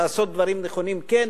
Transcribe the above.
לעשות דברים נכונים, כן.